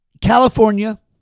California